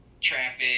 traffic